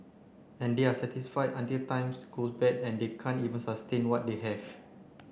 and they are satisfied until times goes bad and they can't even sustain what they have